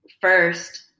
First